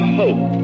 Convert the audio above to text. hope